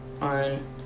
on